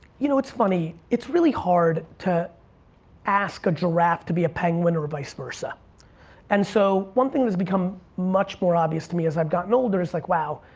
you know it's funny, it's really hard to ask a giraffe to be a penguin or vice versa and so one thing that's become much more obvious to me as i've gotten older is like wow,